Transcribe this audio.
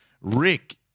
Rick